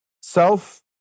self